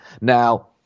Now